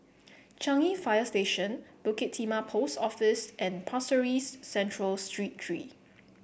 Changi Fire Station Bukit Timah Post Office and Pasir Ris Central Street Three